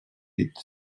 dit